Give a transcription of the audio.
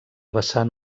vessant